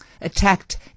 attacked